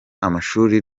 amashuri